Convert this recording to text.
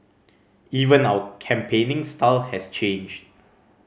even our campaigning style has changed